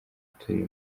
turi